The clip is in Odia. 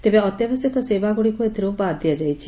ତେବେ ଅତ୍ୟାବଶ୍ୟକ ସେବାଗୁଡ଼ିକୁ ଏଥିରୁ ବାଦ୍ ଦିଆଯାଇଛି